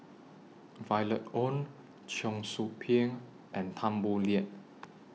Violet Oon Cheong Soo Pieng and Tan Boo Liat